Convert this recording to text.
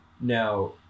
Now